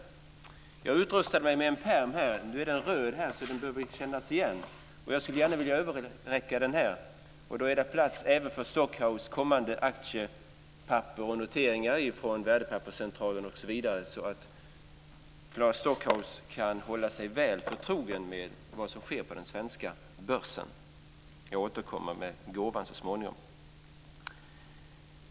Jag utrustade mig med en pärm. Den är röd, så den bör kännas igen. Jag skulle gärna vilja överräcka den. Där är plats även för Stockhaus kommande aktiepapper, noteringar från Värdepapperscentralen, osv., så att han kan hålla sig väl förtrogen med vad som sker på den svenska börsen. Jag återkommer med gåvan så småningom.